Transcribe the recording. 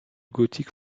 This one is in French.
gothique